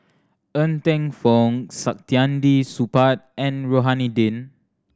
Ng Teng Fong Saktiandi Supaat and Rohani Din